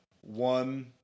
One